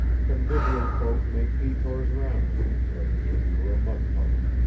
convivial folk make detours round him, as if he were a mud puddle.